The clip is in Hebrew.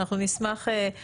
אנחנו נשמח לקבל